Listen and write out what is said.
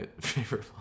favorite